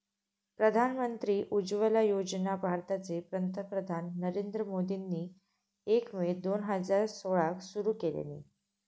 प्रधानमंत्री उज्ज्वला योजना भारताचे पंतप्रधान नरेंद्र मोदींनी एक मे दोन हजार सोळाक सुरू केल्यानी